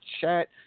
chat